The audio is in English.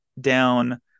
down